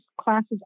classes